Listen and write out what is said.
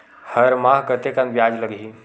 हर माह कतेकन ब्याज लगही?